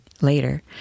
later